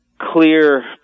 clear